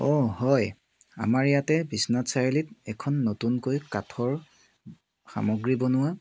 অঁ হয় আমাৰ ইয়াতে বিশ্বনাথ চাৰিআলিত এখন নতুনকৈ কাঠৰ সামগ্ৰী বনোৱা